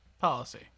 policy